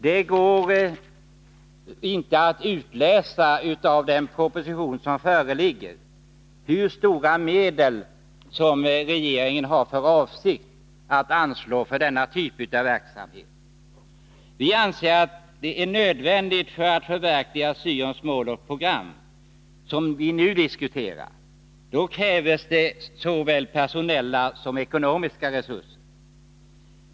Det går inte att utläsa av den proposition som föreligger hur stora medel regeringen har för avsikt att anslå för denna typ av verksamhet. För att man skall kunna förverkliga syons mål och program, vilket vi nu diskuterar, anser vi att det krävs ökade såväl personella som ekonomiska resurser.